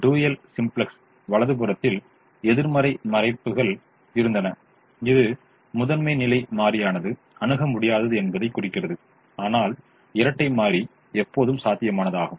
dual சிம்ப்ளெக்ஸின் வலதுபுறத்தில் எதிர்மறை மதிப்புகள் இருந்தன இது முதன்மை நிலை மாறியானது அணுக முடியாதது என்பதைக் குறிக்கிறது ஆனால் இரட்டை மாறி எப்போதும் சாத்தியமானதாகும்